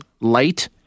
light